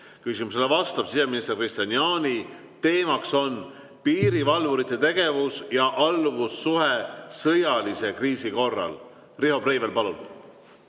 sellele vastab siseminister Kristian Jaani ja teema on piirivalvurite tegevus ja alluvussuhe sõjalise kriisi korral. Riho Breivel, palun!